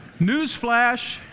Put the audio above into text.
Newsflash